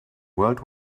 world